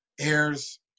heirs